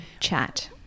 chat